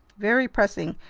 very pressing.